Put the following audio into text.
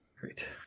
Great